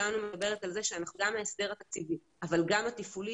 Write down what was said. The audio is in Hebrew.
מדברת על זה שגם ההסדר התקציבי אבל גם התפעולי